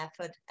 effort